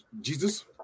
Jesus